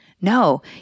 No